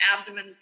abdomen